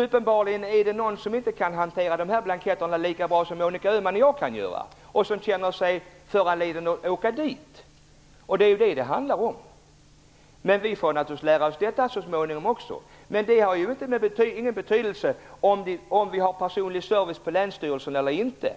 Uppenbarligen finns det de som inte kan hantera den här blanketten lika bra som Monica Öhman och jag och som känner sig föranledda att åka dit. Det är det det handlar om. Men vi får naturligtvis också lära oss detta så småningom. Det har ingen betydelse om vi har personlig service på länsstyrelsen eller inte;